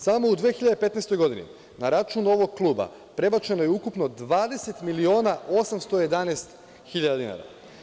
Samo u 2015. godini na račun ovog kluba prebačeno je ukupno 20.811.000 dinara.